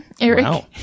Eric